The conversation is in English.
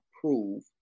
prove